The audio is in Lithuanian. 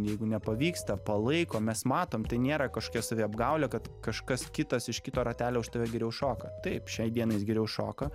jeigu nepavyksta palaiko mes matom tai nėra kažkokia saviapgaulė kad kažkas kitas iš kito ratelio už tave geriau šoka taip šiai dienai jis geriau šoka